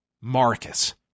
Marcus